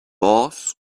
boss